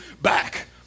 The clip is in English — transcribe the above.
back